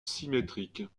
symétriques